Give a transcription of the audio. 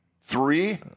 Three